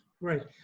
Right